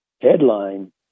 headline